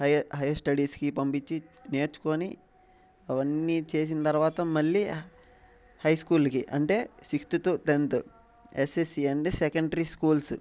హయ higher స్టడీస్కి పంపించి నేర్చుకుని అవన్నీ చేసిన తర్వాత మళ్ళీ హై స్కూల్కి అంటే సిక్స్త్ టు టెన్త్ ఎస్ఎస్సీ అంటే సెకండరీ స్కూల్స్